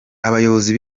abayobozi